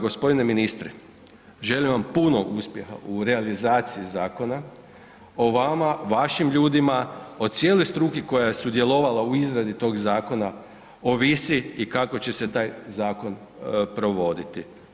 Gospodine ministre želim vam puno uspjeha u realizaciji zakona, o vama, vašim ljudima, o cijeloj struki koja je sudjelovala u izradi tog zakona ovisi i kako će se taj zakon provoditi.